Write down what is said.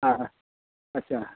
হয় আচ্ছা